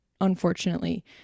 unfortunately